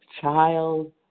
child